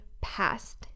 past